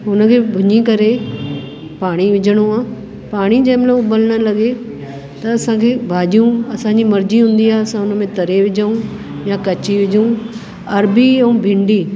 हुन खे भुञी करे पाणी विझणो आहे पाणी जंहिं महिल उबलनि लॻे त भाॼियूं असां जी मर्जी हूंदी आहे असां उन में तरे विझूं या कची विझूं अरबी ऐं भिंडी